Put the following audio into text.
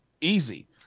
easy